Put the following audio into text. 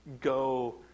go